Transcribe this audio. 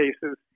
cases